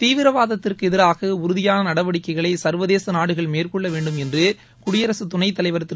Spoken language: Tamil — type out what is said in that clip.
தீவிரவாதத்திற்கு எதிராக உறுதியான நடவடிக்கைகளை சா்வதேச நாடுகள் மேற்கொள்ள வேண்டும் என்று குடியரசுத் துணைத்தலைவா் திரு